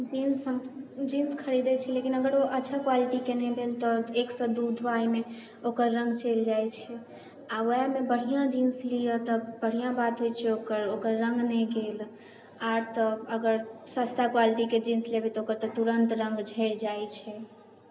jeans हम jeans खरीदैत छी लेकिन अगर ओ अच्छा क्वालिटीके नहि भेल तऽ एक से दू धूआइमे ओकर रङ्ग चलि जाइत छै आ ओएहमे बढ़िआँ जींस लियै तऽ बढ़िआँ बात होइत छै ओकर रङ्ग नहि गेल आर तऽ अगर सस्ता क्वालिटीके जींस लेबै तऽ ओकर तऽ तुरंत रङ्ग झरि जाइत छै